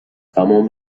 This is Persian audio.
تمام